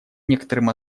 некоторым